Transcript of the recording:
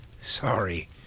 Sorry